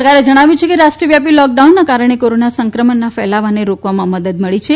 સરકારે જણાવ્યું છે કે રાષ્ટ્રવ્યાપી લોકડાઉનના કારણે કોરોના સંક્રમણના ફેલાવાને રોકવામાં મદદ મળી છે